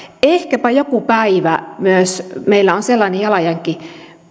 ehkäpä joku päivä meillä on sellainen jalanjälki